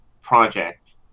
project